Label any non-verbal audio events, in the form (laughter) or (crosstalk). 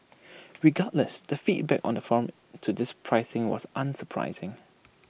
(noise) regardless the feedback on the forum to this pricing was unsurprising